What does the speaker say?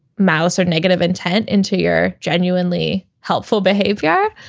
mouse or negative intent into your genuinely helpful behavior.